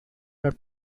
not